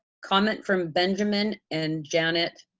comment from benjamin and janet